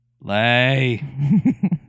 lay